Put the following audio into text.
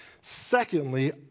Secondly